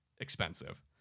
expensive